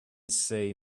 say